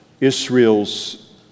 Israel's